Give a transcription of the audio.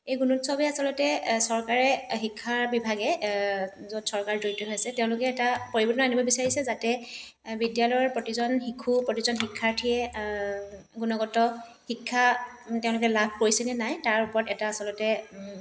এই গুণোৎসৱে আচলতে চৰকাৰে শিক্ষাৰ বিভাগে য'ত চৰকাৰ জড়িত হৈ আছে তেওঁলোকে এটা পৰিৱৰ্তন আনিব বিচাৰিছে যাতে বিদ্যালয়ৰ প্ৰতিজন শিশু প্ৰতিজন শিক্ষাৰ্থীয়ে গুণগত শিক্ষা তেওঁলোকে লাভ কৰিছেনে নাই তাৰ ওপৰত এটা আচলতে